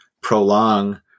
prolong